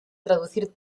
traducir